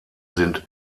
sind